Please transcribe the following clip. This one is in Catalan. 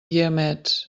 guiamets